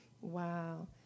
Wow